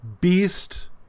Beast